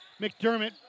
McDermott